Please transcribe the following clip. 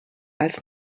als